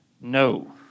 No